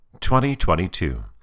2022